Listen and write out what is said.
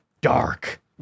dark